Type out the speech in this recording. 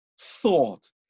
thought